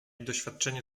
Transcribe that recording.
doświadczenie